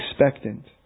expectant